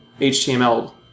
HTML